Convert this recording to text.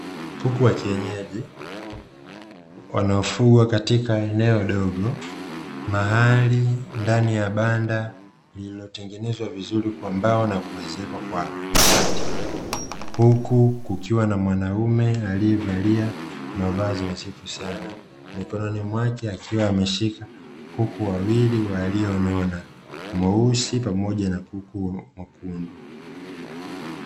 Kuku wa kienyeji wanaofugwa katika eneo dogo, mahali ndani ya banda lililotengenezwa vizuri kwa mbao na kuezekwa kwa mabati, huku kukiwa na mwanaume aliyevalia mavazi nadhifu sana. Mikononi mwake akiwa ameshika kuku wawili walionona, mweusi pamoja na kuku mwekundu.